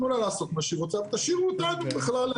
תנו לה לעשות מה שהיא רוצה ותשאירו אותנו בכלל,